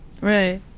right